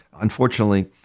Unfortunately